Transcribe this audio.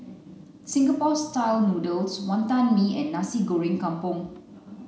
Singapore style noodles wantan mee and nasi goreng kampung